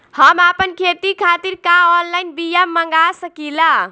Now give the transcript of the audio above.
हम आपन खेती खातिर का ऑनलाइन बिया मँगा सकिला?